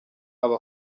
aba